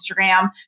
Instagram